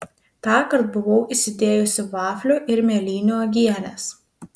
tąkart buvau įsidėjusi vaflių ir mėlynių uogienės